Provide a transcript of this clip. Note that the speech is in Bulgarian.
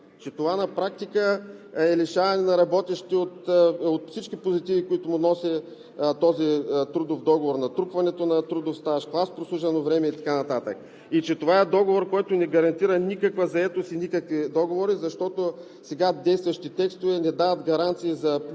Че това на практика е лишаване на работещите от всички позитиви, които им носи този трудов договор – натрупването на трудов стаж, клас прослужено време и така нататък. И че това е договор, който не гарантира никаква заетост и никакви договори, защото сега действащите текстове не дават гаранции за правата